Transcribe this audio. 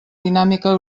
dinàmica